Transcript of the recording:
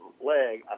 leg